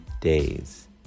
days